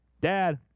dad